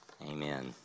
Amen